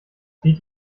zieht